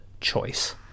choice